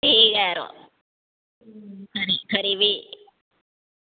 ठीक ऐ यरो खरी खरी भी